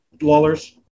Lawlers